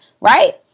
right